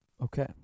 Okay